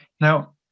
Now